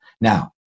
Now